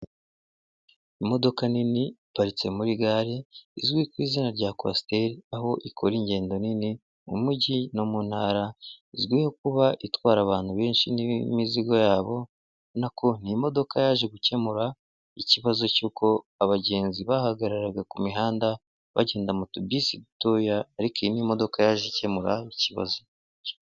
Imodoka nini iparitse muri gare izwi ku izina rya Coaster ,aho ikora ingendo nini mu mujyi no mu Ntara, izwiho kuba itwara abantu benshi n'imizigo yabo, urabona ko ni imodoka yaje gukemura ikibazo cy'uko abagenzi bahagararaga ku mihanda bagenda mu tubisi dutoya, ariko iyi ni modoka yaje ikemura ikibazo.